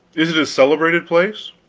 is it a celebrated place?